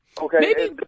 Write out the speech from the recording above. Okay